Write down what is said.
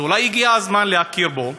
אז אולי הגיע הזמן להכיר בו.